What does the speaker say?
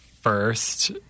first